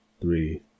three